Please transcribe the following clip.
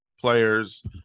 players